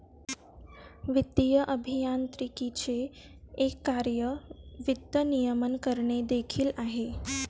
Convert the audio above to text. वित्तीय अभियांत्रिकीचे एक कार्य वित्त नियमन करणे देखील आहे